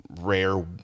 rare